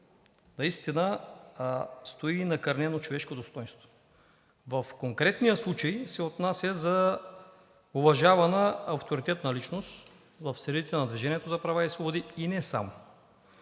стои и накърнено човешко достойнство. В конкретния случай се отнася за уважавана авторитетна личност в средите на „Движение за права и свободи“ и не само.